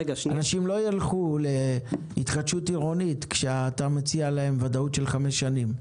אנשים לא ילכו להתחדשות עירונית כשאתה מציע להם ודאות של חמש שנים.